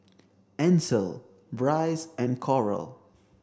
Ansel Brice and Coral